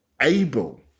able